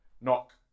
Knock